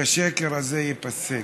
השקר הזה ייפסק.